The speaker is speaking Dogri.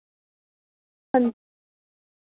हं